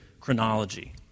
chronology